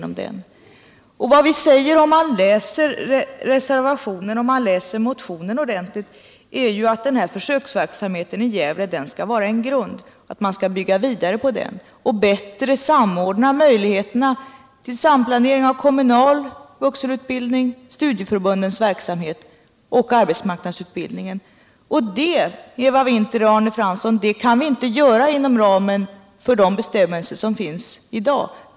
Om man läser motionen och reservationen ordentligt skall man finna att vi där säger att försöksverksamheten i Gävleborgs län skall vara en grund samt att man skall bygga vidare på den och bättre samordna möjligheterna till samplanering av kommunal vuxenutbildning, studieförbundsverksamheten och arbetsmarknadsutbildningen. Och det, Eva Winther och Arne Fransson, kan vi inte göra inom ramen för de bestämmelser som finns i dag.